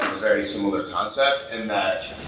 very similar concept in that.